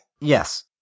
Yes